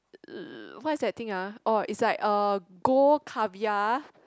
mm what's that thing ah oh it's like a gold caviar